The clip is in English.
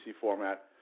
format